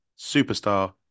superstar